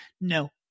no